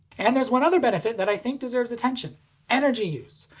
and there's one other benefit that i think deserves attention energy use.